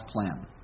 plan